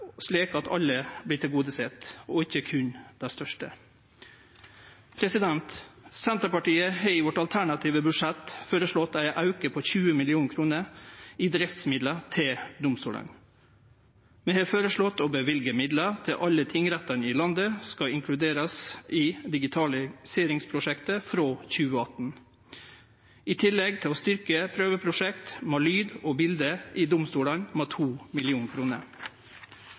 slik at alle vert tilgodesett, og ikkje berre dei største. Senterpartiet har i det alternative budsjettet sitt føreslått ein auke på 20 mill. kr i driftsmidlar til domstolane. Vi har føreslått å løyve midlar til at alle tingrettane skal inkluderast i digitaliseringsprosjektet frå 2018, i tillegg til å styrkje prøveprosjekt med lyd og bilde i domstolane med